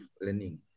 learning